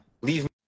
Leave